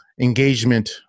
engagement